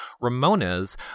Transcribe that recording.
Ramona's